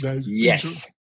Yes